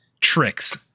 tricks